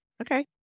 Okay